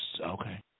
Okay